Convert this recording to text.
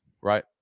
right